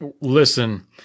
listen